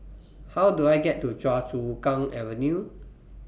How Do I get to Choa Chu Kang Avenue